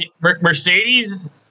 Mercedes